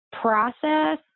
process